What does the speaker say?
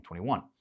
2021